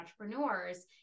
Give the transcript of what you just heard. entrepreneurs